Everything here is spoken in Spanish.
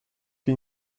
que